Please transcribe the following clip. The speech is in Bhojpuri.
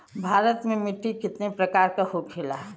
भारत में मिट्टी कितने प्रकार का होखे ला?